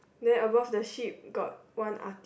then above the sheep got one artist